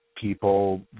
people